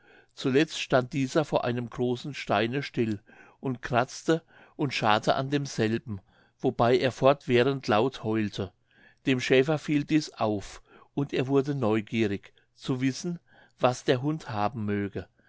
zuletzt stand dieser vor einem großen steine still und kratzte und scharrte an demselben wobei er fortwährend laut heulte dem schäfer fiel dies auf und er wurde neugierig zu wissen was der hund haben möge